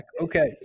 Okay